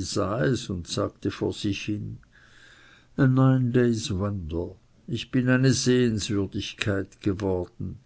sah es und sagte vor sich hin a nine days wonder ich bin eine sehenswürdigkeit geworden